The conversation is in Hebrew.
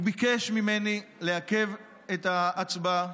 הוא ביקש ממני לעכב את ההצבעה